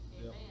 Amen